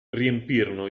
riempirono